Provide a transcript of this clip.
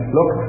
Look